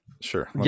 Sure